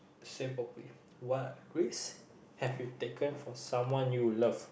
say properly what risk have you taken for someone you love